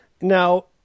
now